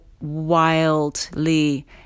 wildly